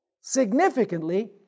Significantly